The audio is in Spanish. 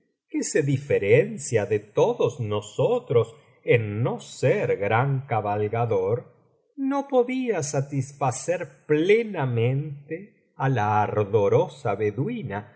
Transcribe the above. se diferencia de todos nosotros en no ser gran cabalgador no podía satisfacer plenamente á la ardorosa